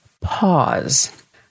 pause